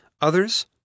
others